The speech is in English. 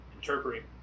interpreting